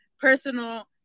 personal